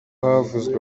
havuzwe